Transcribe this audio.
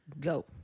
Go